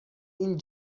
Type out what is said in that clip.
این